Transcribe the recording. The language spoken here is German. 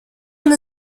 und